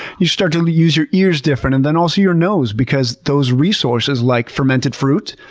you start to to use your ears different and then also your nose because those resources, like fermented fruit,